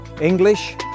English